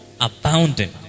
abounding